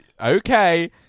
okay